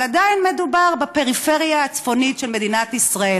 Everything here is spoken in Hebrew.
אבל עדיין מדובר בפריפריה הצפונית של מדינת ישראל,